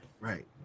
Right